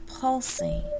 pulsing